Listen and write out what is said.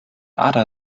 ada